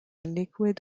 liquid